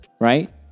Right